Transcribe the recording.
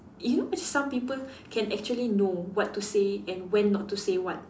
you know some people can actually know what to say and when not to say what